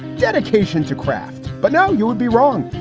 dedication to craft. but now you would be wrong.